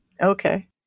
Okay